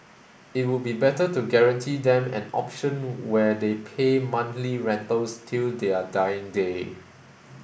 it would be better to guarantee them an option where they pay monthly rentals till their dying day